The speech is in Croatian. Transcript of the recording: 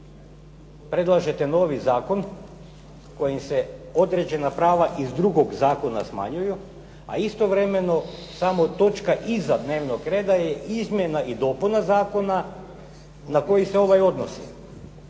Predlažete novi zakon kojim se određena prava iz drugog zakona smanjuju, a istovremeno, samo točka iza dnevnog reda je izmjena i dopuna Zakona na koji se ovaj odnosi.